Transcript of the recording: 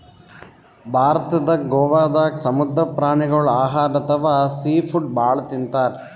ಭಾರತದ್ ಗೋವಾದಾಗ್ ಸಮುದ್ರ ಪ್ರಾಣಿಗೋಳ್ ಆಹಾರ್ ಅಥವಾ ಸೀ ಫುಡ್ ಭಾಳ್ ತಿಂತಾರ್